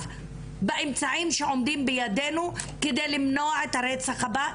באמצעים שעומדים בידינו כדי למנוע את הרצח הבא,